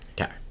Okay